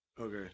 Okay